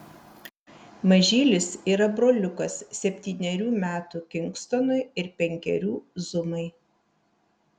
mažylis yra broliukas septynerių metų kingstonui ir penkerių zumai